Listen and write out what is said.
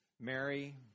Mary